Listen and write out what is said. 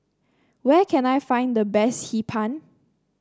where can I find the best Hee Pan